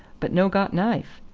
but no got knife.